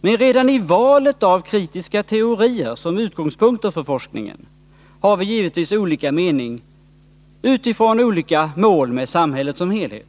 Men redan i fråga om valet av kritiska teorier som utgångspunkter för forskningen har vi givetvis olika meningar och olika mål, med tanke på samhället som helhet.